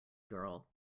girl